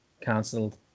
cancelled